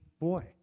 boy